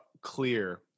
clear